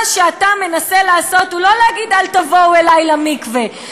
מה שאתה מנסה לעשות הוא לא להגיד: אל תבואו אלי למקווה,